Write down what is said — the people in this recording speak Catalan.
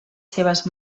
seves